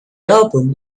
album